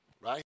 Right